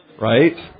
right